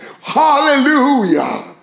Hallelujah